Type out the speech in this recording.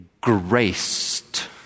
graced